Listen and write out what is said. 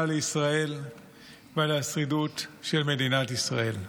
לישראל ועל השרידות של מדינת ישראל.